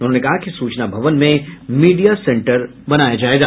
उन्होंने कहा कि सूचना भवन में मीडिया सेंटर बनाया जायेगा